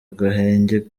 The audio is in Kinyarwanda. agahenge